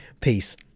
Peace